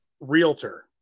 realtor